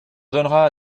donnera